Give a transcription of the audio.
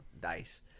dice